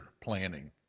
planning